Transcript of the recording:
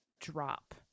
drop